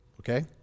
Okay